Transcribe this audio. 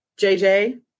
JJ